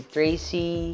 Tracy